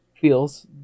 feels